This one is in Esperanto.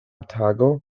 tago